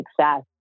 success